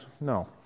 no